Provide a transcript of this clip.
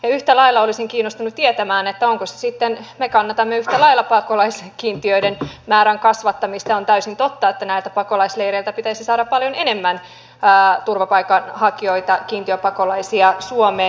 yhtä lailla olisin kiinnostunut tietämään kun me kannatamme yhtä lailla pakolaiskiintiöiden määrän kasvattamista ja on täysin totta että näiltä pakolaisleireiltä pitäisi saada paljon enemmän turvapaikanhakijoita kiintiöpakolaisia suomeen